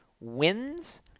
wins